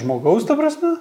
žmogaus ta prasme